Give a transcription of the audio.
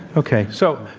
okay. so,